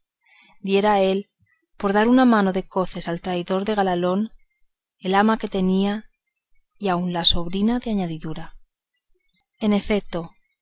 diera él por dar una mano de coces al traidor de galalón al ama que tenía y aun a su sobrina de añadidura en efeto